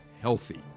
healthy